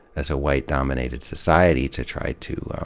as a white-dominated society, to try to,